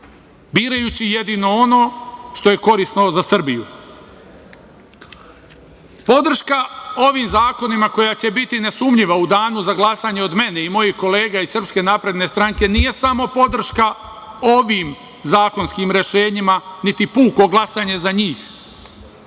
birajući jedino ono što je korisno za Srbiju. Podrška ovim zakonima koja će biti nesumnjiva u danu za glasanje od mene i mojih kolega iz Srpske napredne stranke nije samo podrška ovim zakonskim rešenjima, niti puko glasanje za njih,